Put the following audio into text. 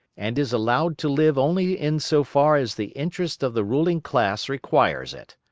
and is allowed to live only in so far as the interest of the ruling class requires it.